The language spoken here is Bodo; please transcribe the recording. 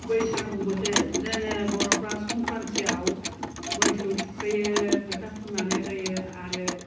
बैसागु बोथोर जोङो बर'फोरा संक्रान्टिआव मोसौ थुखैयो फोटा फुननानै होयो आरो